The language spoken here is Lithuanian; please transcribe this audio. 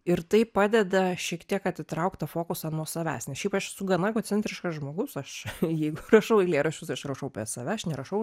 ir tai padeda šiek tiek atitraukt tą fokusą nuo savęs nes šiaip aš su gana egocentriškas žmogus aš jeigu rašau eilėraščius aš rašau apie save aš nerašau